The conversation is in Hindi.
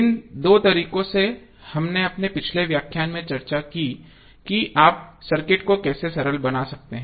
इन दो तरीकों से हमने अपने पिछले व्याख्यान में चर्चा की कि आप सर्किट को कैसे सरल बना सकते हैं